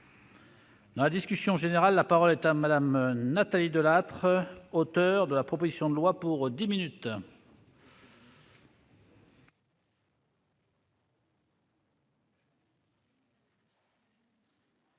Dans la discussion générale, la parole est à Mme Nathalie Delattre, auteure de la proposition de loi. Monsieur